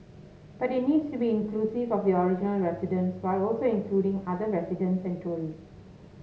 but it needs to be inclusive of the original residents while also including other residents and tourists